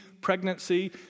pregnancy